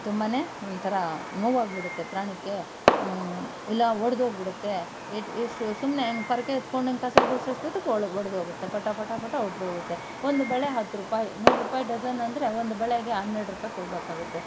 ತುಂಬನೇ ಒಂಥರಾ ನೋವಾಗಿ ಬಿಡುತ್ತೆ ಪ್ರಾಣಕ್ಕೆ ಇಲ್ಲ ಒಡ್ದು ಹೋಗ್ಬಿಡುತ್ತೆ ಇಷ್ಟು ಇಷ್ಟು ಸುಮ್ನೆ ಹಿಂಗೆ ಪೊರ್ಕೆ ಎತ್ಕೊಂಡು ಹಿಂಗೆ ಕಸ ಗುಡಿಸೋ ಅಷ್ಟು ಹೊತ್ಗೆ ಒಳ್ಗೆ ಒಡ್ದು ಹೋಗುತ್ತೆ ಪಟ ಪಟ ಪಟ ಒಡ್ದು ಹೋಗುತ್ತೆ ಒಂದು ಬಳೆ ಹತ್ತು ರೂಪಾಯಿ ನೂರು ರುಪಾಯಿ ಡಝನ್ ಅಂದ್ರೆ ಒಂದು ಬಳೆಗೆ ಹನ್ನೆರಡು ರೂಪಾಯಿ ಕೊಡಬೇಕಾಗುತ್ತೆ